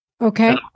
Okay